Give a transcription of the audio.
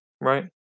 right